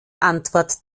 antwort